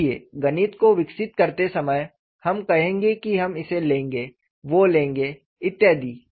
देखिए गणित को विकसित करते समय हम कहेंगे कि हम इसे लेंगे वो लेंगे इत्यादि